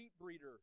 breeder